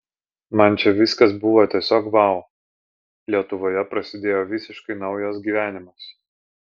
man čia viskas buvo tiesiog vau lietuvoje prasidėjo visiškai naujas gyvenimas